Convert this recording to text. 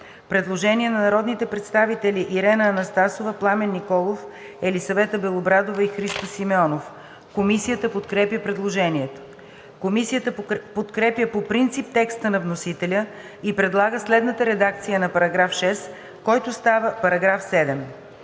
Предложение на народните представители Ирена Анастасова, Пламен Николов, Елисавета Белобрадова и Христо Симеонов. Комисията подкрепя предложението. Комисията подкрепя по принцип текста на вносителя и предлага следната редакция на § 6, който става § 7: „§ 7.